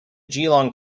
geelong